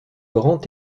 grand